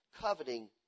coveting